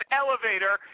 elevator